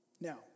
Now